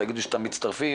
תגידו שאתם מצטרפים.